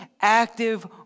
active